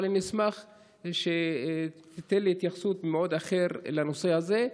אבל אני אשמח שתיתן לי התייחסות אחרת לנושא הזה,